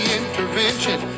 intervention